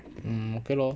mm okay lor